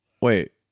Wait